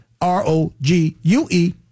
R-O-G-U-E